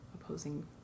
opposing